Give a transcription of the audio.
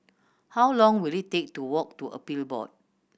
how long will it take to walk to Appeal Board